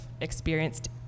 experienced